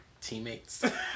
teammates